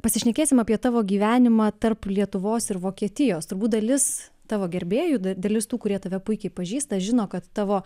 pasišnekėsim apie tavo gyvenimą tarp lietuvos ir vokietijos turbūt dalis tavo gerbėjų da dalis tų kurie tave puikiai pažįsta žino kad tavo